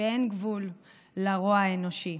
שאין גבול לרוע האנושי,